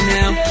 now